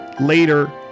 Later